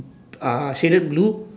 ah shaded blue